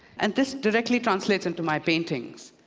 and this directly translates into my paintings.